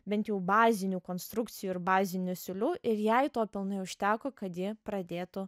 bent jau bazinių konstrukcijų ir bazinių siūlių ir jei to pilnai užteko kad ji pradėtų